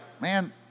man